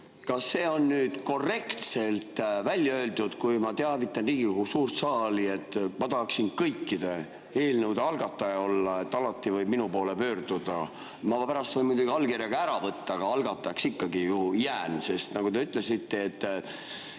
Kas see on siis korrektselt välja öeldud, kui ma teavitan Riigikogu suurt saali, et ma tahaksin kõikide eelnõude algataja olla, et alati võiks minu poole pöörduda? Ma pärast võin muidugi allkirja ka ära võtta, aga algatajaks ma ikkagi ju jään, sest nagu te ütlesite, kõige